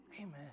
Amen